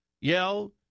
yell